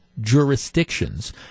jurisdictions